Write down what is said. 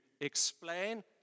explain